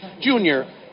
junior